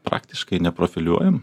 praktiškai neprofiliuojam